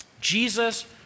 Jesus